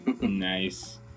nice